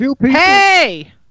Hey